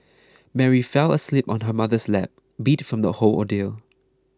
Mary fell asleep on her mother's lap beat from the whole ordeal